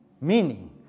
Meaning